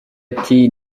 ati